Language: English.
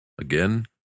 Again